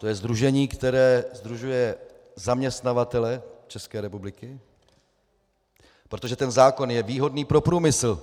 To je sdružení, které sdružuje zaměstnavatele České republiky, protože ten zákon je výhodný pro průmysl.